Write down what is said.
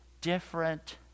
different